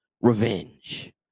revenge